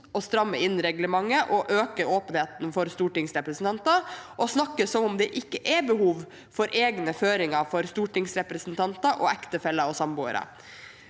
stramme inn reglementet og øke åpenheten for stortingsrepresentanter, og snakker som om det ikke er behov for egne føringer for stortingsrepresentanter og ektefeller og samboere.